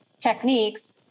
techniques